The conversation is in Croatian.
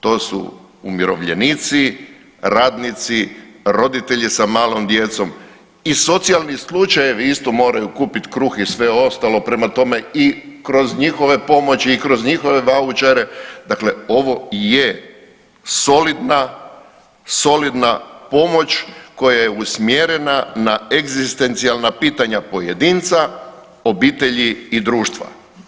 To su umirovljenici, radnici, roditelji sa malom djecom i socijalni slučajevi isto moraju kupit kruh i sve ostalo, prema tome i kroz njihove pomoći i kroz njihove vaučere, dakle ovo je solidna, solidna pomoć koja je usmjerena na egzistencijalna pitanja pojedinca, obitelji i društva.